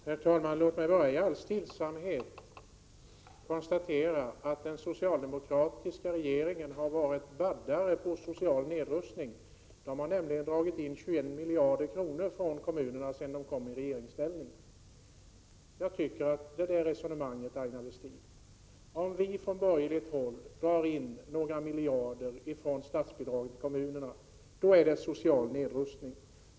Herr talman! Låt mig bara i all stillsamhet konstatera att den socialdemokratiska regeringen har varit en baddare på social nedrustning. Man har nämligen dragit in 21 miljarder kronor från kommunerna sedan man kom i regeringsställning. Om vi från borgerligt håll drar in några miljarder på statsbidrag till kommunerna, då är det social nedrustning.